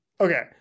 Okay